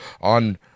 on